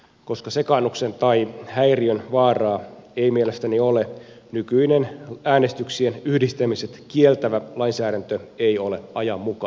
koska sekaannuksen tai häiriön vaaraa ei mielestäni ole nykyinen äänestyksien yhdistämiset kieltävä lainsäädäntö ei ole ajanmukainen